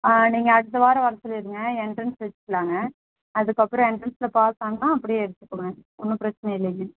ஆ நீங்கள் அடுத்த வாரம் வர சொல்லிவிடுங்க என்ட்ரன்ஸ் வச்சிடலாங்க அதற்கப்பறம் என்ட்ரன்ஸில் பாஸ் ஆனால் அப்படியே எடுத்துக்குவேன் ஒன்றும் பிரச்சனை இல்லைங்க